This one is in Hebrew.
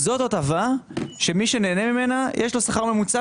זו הטבה שנהנה ממנה מי שיש לו שכר ממוצע